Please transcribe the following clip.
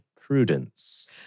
Prudence